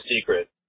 secret